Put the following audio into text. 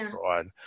God